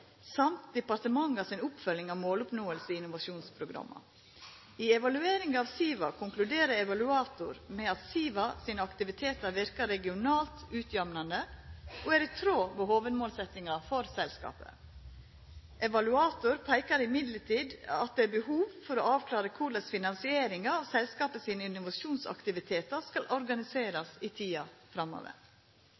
oppfølging av måloppnåing i innovasjonsprogramma. I evalueringa av SIVA konkluderer evaluator med at SIVA sine aktivitetar verkar regionalt utjamnande og er i tråd med hovudmålsetjinga for selskapet. Evaluator peikar likevel på at det er behov for å avklara korleis finansieringa av selskapet sine innovasjonsaktivitetar skal